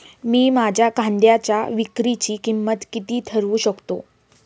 मी माझ्या कांद्यांच्या विक्रीची किंमत किती ठरवू शकतो?